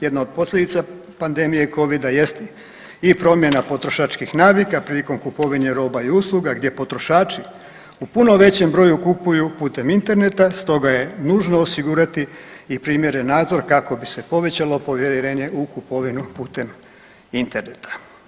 Jedna od posljedica pandemije Covida jest i promjena potrošačkih navika prilikom kupovine roba i usluga gdje potrošači u puno većem broju kupuju putem interneta stoga je nužno osigurati i primjeren nadzor kako bi se povećalo povjerenje u kupovinu putem interneta.